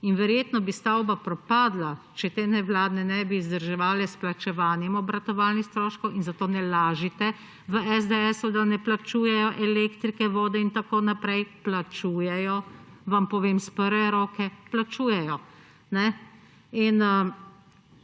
in verjetno bi stavba propadla, če te nevladne organizacije ne bi vzdrževale s plačevanjem obratovalnih stroškov in zato ne lažite v SDS, da ne plačujejo elektrike, vode in tako naprej. Plačujejo – vam povem iz prve roke – plačujejo. Če